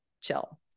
chill